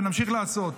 ונמשיך לעשות.